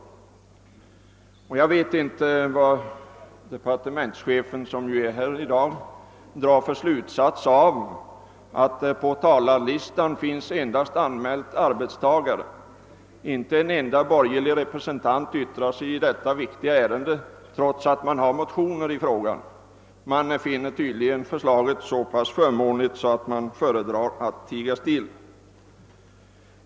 Jag vet inte vad departementschefen, som är här i dag, drar för slutsats av att det på talarlistan endast finns arbetstagare anmälda. Inte en enda borgerlig representant vill ytt ra sig i detta viktiga ärende, trots att de borgerliga har motioner i frågan. De finner tydligen förslaget så förmånligt att de föredrar att tiga still.